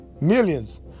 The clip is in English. Millions